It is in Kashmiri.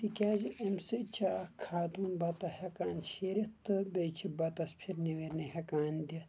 تِکیازِ اَمہِ سۭتۍ چھےٚ اکھ خاتُوٗن بتہٕ ہٮ۪کان شیٖرِتھ تہٕ بیٚیہِ چھ بَتس پھرنہِ وِرنہِ ہٮ۪کان دِتھ